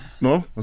No